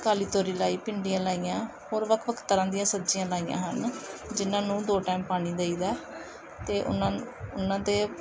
ਕਾਲੀ ਤੋਰੀ ਲਾਈ ਭਿੰਡੀਆਂ ਲਾਈਆਂ ਹੋਰ ਵੱਖ ਵੱਖ ਤਰ੍ਹਾਂ ਦੀਆਂ ਸਬਜ਼ੀਆਂ ਲਾਈਆਂ ਹਨ ਜਿਨ੍ਹਾਂ ਨੂੰ ਦੋ ਟਾਈਮ ਪਾਣੀ ਦਈਦਾ ਅਤੇ ਉਹਨਾਂ ਉਹਨਾਂ 'ਤੇ